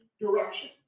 direction